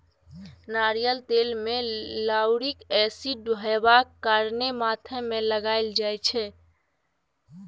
नारियल तेल मे लाउरिक एसिड हेबाक कारणेँ माथ मे लगाएल जाइ छै